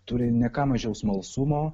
turi ne ką mažiau smalsumo